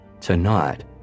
Tonight